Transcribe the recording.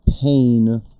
pain